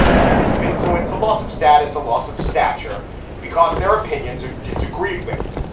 a loss of influence, a loss of status, a loss of stature because their opinions are disagreed with.